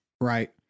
Right